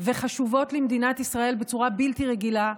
וחשובות למדינת ישראל בצורה בלתי רגילה,